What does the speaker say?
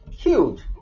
huge